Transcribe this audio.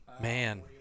Man